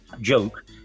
joke